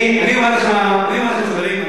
אני אומר לך את הדברים.